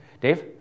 Dave